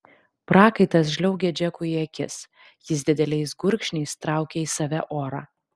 prakaitas žliaugė džekui į akis jis dideliais gurkšniais traukė į save orą